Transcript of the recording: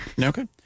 Okay